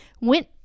went